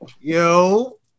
Yo